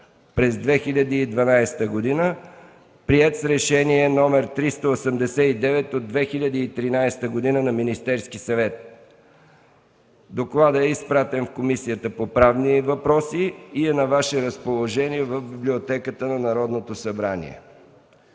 през 2012 г., приет с Решение № 389 от 2013 г. на Министерския съвет. Докладът е изпратен в Комисията по правни въпроси и е на Ваше разположение в Библиотеката на Народното събрание.